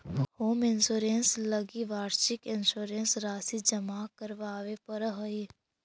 home insurance लगी वार्षिक insurance राशि जमा करावे पड़ऽ हइ